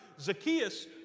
Zacchaeus